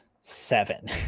seven